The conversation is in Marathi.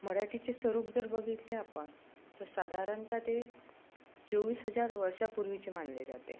मराठीचे स्वरूप जर बघितले आपण तर साधारणतः ते चोवीस हजार वर्षापूर्वीचे मानले जाते